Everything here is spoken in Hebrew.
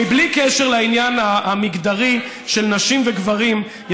בלי קשר לעניין המגדרי של נשים וגברים,